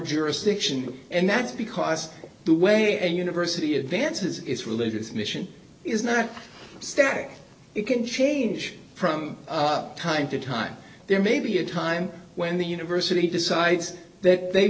jurisdiction and that's because the way and university advances its religious mission is not static it can change from time to time there may be a time when the university decides that they